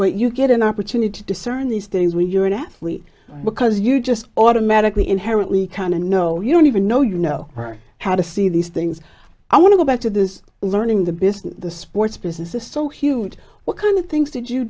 but you get an opportunity to discern these things when you're an athlete because you just automatically inherently kind of know you don't even know you know or how to see these things i want to go back to this learning the business the sports business is so huge what kind of things did you